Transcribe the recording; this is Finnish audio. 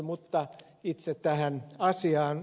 mutta itse tähän asiaan